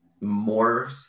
more